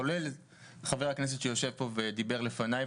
כולל חבר הכנסת שיושב פה ודיבר לפניי,